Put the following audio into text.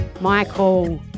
Michael